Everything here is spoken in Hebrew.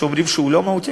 שאומרים שהוא לא מהותי,